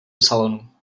salonu